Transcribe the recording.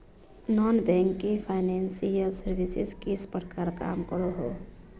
Non banking financial services किस प्रकार काम करोहो?